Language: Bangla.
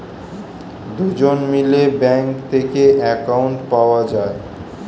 দুজন মিলে ব্যাঙ্ক থেকে অ্যাকাউন্ট পাওয়া যায়